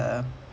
third